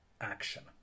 action